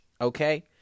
okay